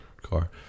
car